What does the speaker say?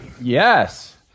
Yes